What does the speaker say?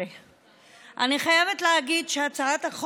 זכאות לדמי אבטלה מגיל 18. אני חייבת להגיד שהצעת החוק